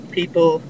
people